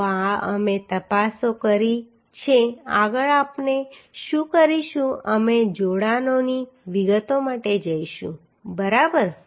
તો આ અમે તપાસો કરી છે આગળ આપણે શું કરીશું અમે જોડાણોની વિગતો માટે જઈશું બરાબર